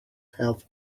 health